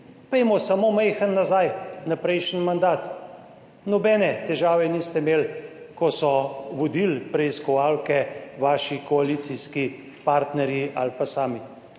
Pojdimo samo malce nazaj na prejšnji mandat. Nobene težave niste imeli, ko so vodili preiskovalke vaši koalicijski partnerji ali pa sami.